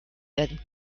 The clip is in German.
werden